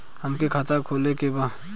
हमके खाता खोले के बा?